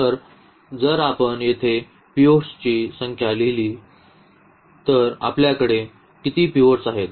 तर जर आपण येथे पिव्हट्सची संख्या लिहिली असल्यास आपल्याकडे किती पिव्हट्स आहेत